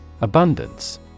Abundance